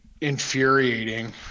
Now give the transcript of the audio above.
infuriating